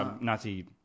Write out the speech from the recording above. Nazi